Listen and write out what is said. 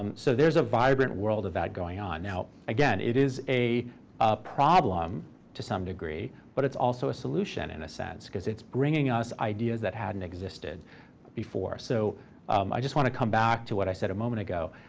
um so there's a vibrant world of that going on. now again, it is a a problem to some degree, but it's also a solution in and a sense, because it's bringing us ideas that hadn't existed before. so i just want to come back to what i said a moment ago.